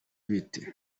bite